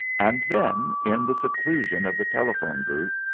and then, in the seclusion of the telephone-booth,